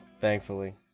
thankfully